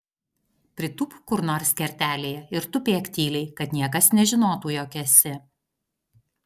pritūpk kur nors kertelėje ir tupėk tyliai kad niekas nežinotų jog esi